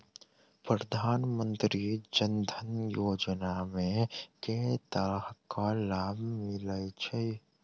प्रधानमंत्री जनधन योजना मे केँ तरहक लाभ मिलय छै?